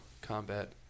combat